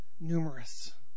numerous